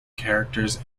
characters